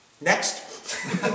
Next